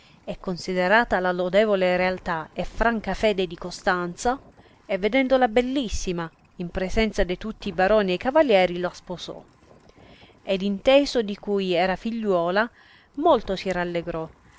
e considerata la lodevole lealtà e franca fede di costanza e vedendola belissima in presenza de tutti i baroni e cavalieri la sposò ed inteso di cui era figliuola molto si rallegrò